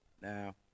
now